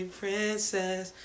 princess